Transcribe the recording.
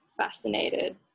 Fascinated